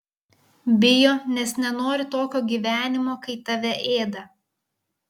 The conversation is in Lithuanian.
bijo nes nenori tokio gyvenimo kai tave ėda